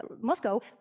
Moscow